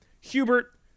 Hubert